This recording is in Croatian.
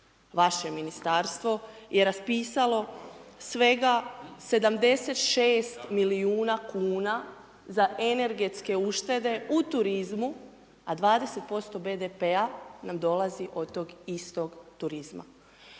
Vaše ministarstvo je raspisalo svega 76 milijuna kuna za energetske uštede u turizmu a 20% BDP-a nam dolazi od tog istog turizma.